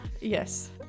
Yes